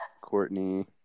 Courtney